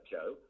Joe